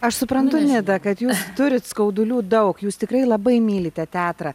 aš suprantu nida kad jūs turit skaudulių daug jūs tikrai labai mylite teatrą